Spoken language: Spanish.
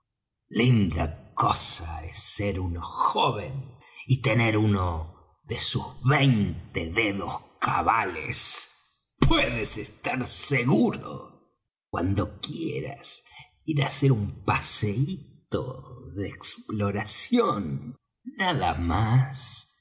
linda cosa es ser uno joven y tener uno sus veinte dedos cabales puedes estar seguro cuando quieras ir á hacer un paseíto de exploración nada más